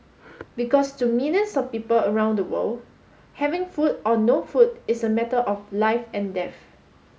because to millions of people around the world having food or no food is a matter of life and death